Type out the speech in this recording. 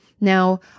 Now